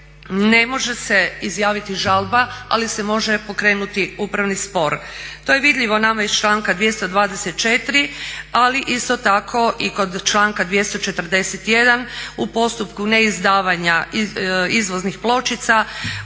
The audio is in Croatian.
ne može se izjaviti žalba, ali se može pokrenuti upravni spor. To je vidljivo nama iz članka 224., ali isto tako i kod članka 241. u postupku neizdavanja izvoznih pločica